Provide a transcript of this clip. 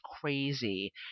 crazy